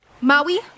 Maui